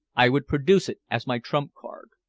i would produce it as my trump-card.